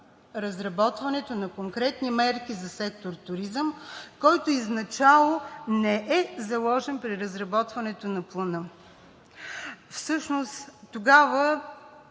разработването на конкретни мерки за сектор „Туризъм“, който изначално не е заложен при разработването на Плана. Всъщност тогава